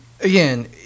Again